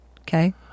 Okay